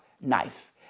knife